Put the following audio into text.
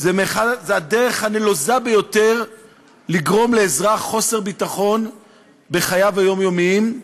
זה הדרך הנלוזה ביותר לגרום לאזרח חוסר ביטחון בחייו היומיומיים,